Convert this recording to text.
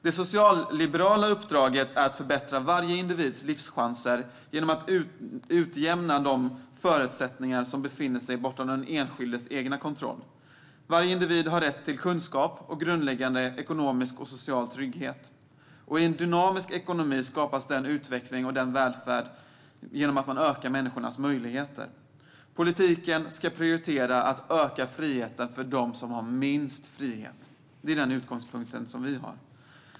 Det socialliberala uppdraget är att förbättra varje individs livschanser genom att utjämna de förutsättningar som befinner sig bortom den enskildes egen kontroll. Varje individ har rätt till kunskap och grundläggande ekonomisk och social trygghet. I en dynamisk ekonomi skapas utveckling och välfärd genom att man ökar människors möjligheter. Politiken ska prioritera att öka friheten för dem som har minst frihet - detta är vår utgångspunkt.